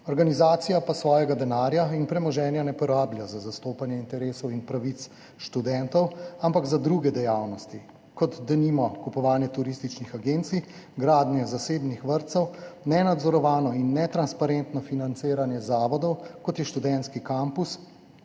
Organizacija pa svojega denarja in premoženja ne porablja za zastopanje interesov in pravic študentov, ampak za druge dejavnosti, kot denimo kupovanje turističnih agencij, gradnje zasebnih vrtcev, nenadzorovano in netransparentno financiranje zavodov, kot je Študentski kampus,